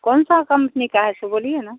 कौन सा कंपनी का है सो बोलिए न